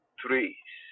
trees